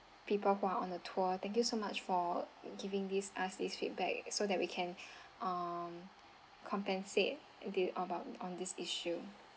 people who are on the tour thank you so much for giving these us his feedback so that we can um compensate the about on this issue